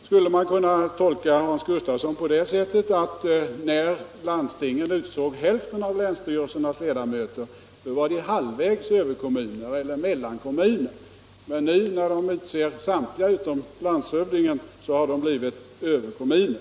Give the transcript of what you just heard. Skulle man kunna tolka Hans Gustafsson på det sättet att landstingen var halvvägs överkommuner eller mellankommuner när de utsåg hälften av länsstyrelsernas ledamöter men att de nu, när de utser samtliga utom landshövdingen, har blivit överkommuner?